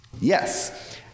yes